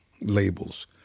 labels